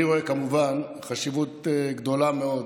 אני רואה כמובן חשיבות גדולה מאוד